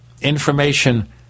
information